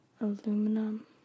Aluminum